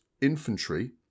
infantry